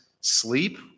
sleep